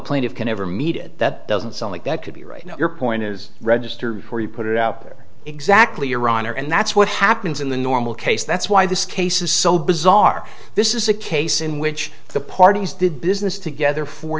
of can ever meet it that doesn't sound like that could be right now your point is registered where you put it out there exactly iran and that's what happens in the normal case that's why this case is so bizarre this is a case in which the parties did business together for